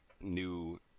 new